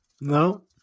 No